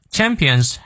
Champions